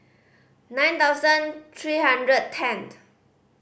nine thousand three hundred and tenth